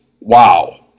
wow